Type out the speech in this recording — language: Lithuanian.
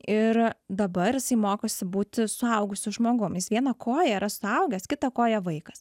ir dabar jisai mokosi būti suaugusiu žmogum jis viena koja yra suaugęs kita koja vaikas